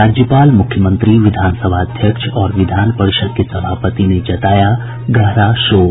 राज्यपाल मुख्यमंत्री विधानसभा अध्यक्ष और विधान परिषद के सभापति ने जताया गहरा शोक